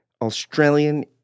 Australian